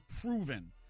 proven